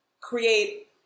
create